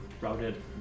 routed